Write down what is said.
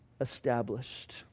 established